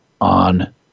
on